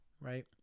Right